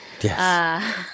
Yes